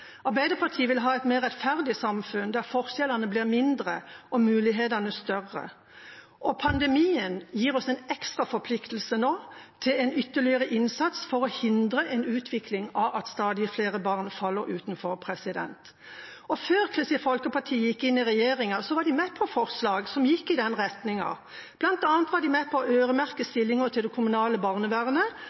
Arbeiderpartiet vil ha et mer rettferdig samfunn, der forskjellene blir mindre og mulighetene større. Pandemien gir oss nå en ekstra forpliktelse til en ytterligere innsats for å hindre den utviklingen at stadig flere barn faller utenfor. Før Kristelig Folkeparti gikk inn i regjeringa, var de med på forslag som gikk i den retningen. Blant annet var de med på å øremerke stillinger til det kommunale barnevernet,